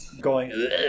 going-